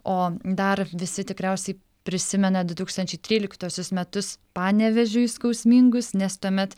o dar visi tikriausiai prisimena du tūkstančiai tryliktuosius metus panevėžiui skausmingus nes tuomet